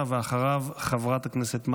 חבר הכנסת יוסף עטאונה,